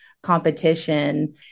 Competition